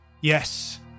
Yes